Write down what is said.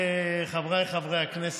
חבריי חברי הכנסת,